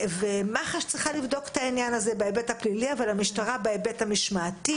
מח"ש צריכה לבדוק את העניין הזה בהיבט הפלילי והמשטרה בהיבט המשמעתי.